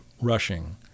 rushing